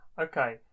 Okay